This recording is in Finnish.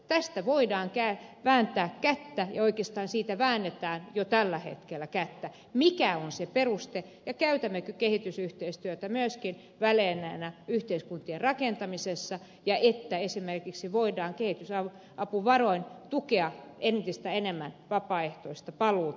tästä voidaan vääntää kättä ja oikeastaan siitä väännetään jo tällä hetkellä kättä mikä on se peruste ja käytämmekö kehitysyhteistyötä myöskin välineenä yhteiskuntien rakentamisessa että esimerkiksi voidaan kehitysapuvaroin tukea entistä enemmän vapaaehtoista paluuta